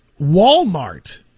Walmart